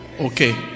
Okay